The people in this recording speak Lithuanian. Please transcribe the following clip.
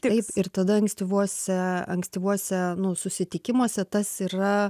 taip ir tada ankstyvuose ankstyvuose nu susitikimuose tas yra